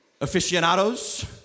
aficionados